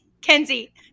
Kenzie